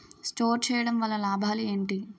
Store చేయడం వల్ల లాభాలు ఏంటి?